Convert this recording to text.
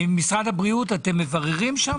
משרד הבריאות, אתם מבררים?